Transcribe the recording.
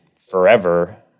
forever